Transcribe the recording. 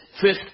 fifth